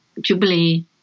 Jubilee